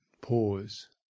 pause